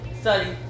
study